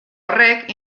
horrek